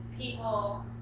people